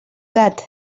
that